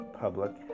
public